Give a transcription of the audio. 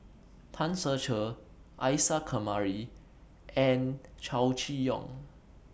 Tan Ser Cher Isa Kamari and Chow Chee Yong